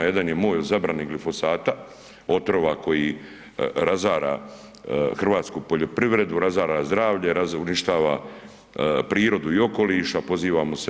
Jedan je moj o zabrani glifosata, otrova koji razara hrvatsku poljoprivredu, razara zdravlje, uništava prirodu i okoliš a pozivamo se.